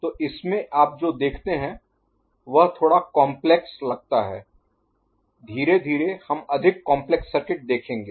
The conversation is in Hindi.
तो इस में आप जो देखते हैं वह थोड़ा काम्प्लेक्स Complexजटिल लगता है धीरे धीरे हम अधिक काम्प्लेक्स Complex जटिल सर्किट देखेंगे